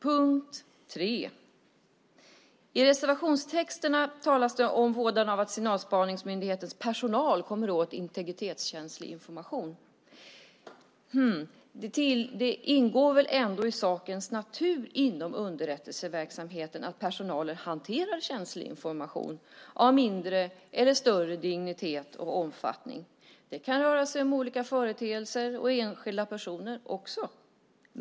Punkt 3: I reservationstexterna talas det om vådan av att signalspaningsmyndighetens personal kommer åt integritetskänslig information. Det ligger väl ändå i sakens natur inom underrättelseverksamheten att personalen hanterar känslig information av mindre eller större dignitet och omfattning. Det kan röra sig om olika företeelser och även enskilda personer.